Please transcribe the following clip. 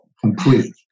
complete